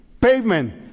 Pavement